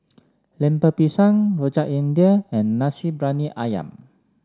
Lemper Pisang Rojak India and Nasi Briyani ayam